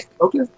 Okay